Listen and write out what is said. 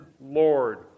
Lord